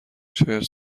شاید